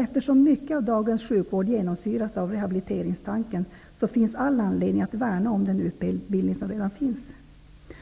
Eftersom mycket av dagens sjukvård genomsyras av rehabiliteringstanken, herr Unckel, finns det all anledning att värna om den utbildning som redan finns.